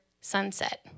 sunset